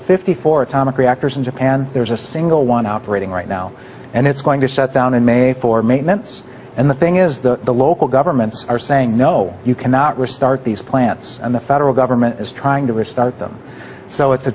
fifty four atomic reactors in japan there's a single one operating right now and it's going to shut down in may for maintenance and the thing is the local governments are saying no you cannot restart these plants and the federal government is trying to restart them so it's a